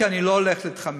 כי אני לא הולך להתחמק,